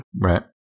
Right